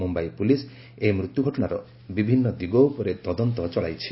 Mumbai police ଏହି ମୃତ୍ୟୁ ଘଟଣାର ବିଭିନ୍ନ ଦିଗ ଉପରେ ତଦନ୍ତ ଚଳାଇଛି